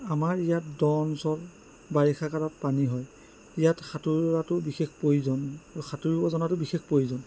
আমাৰ ইয়াত দ অঞ্চল বাৰিষা কালত পানী হয় ইয়াত সাঁতোৰাটো বিশেষ প্ৰয়োজন সাঁতুৰিব জনাটো বিশেষ প্ৰয়োজন